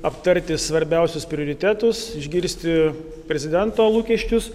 aptarti svarbiausius prioritetus išgirsti prezidento lūkesčius